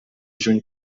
juny